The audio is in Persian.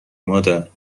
مادر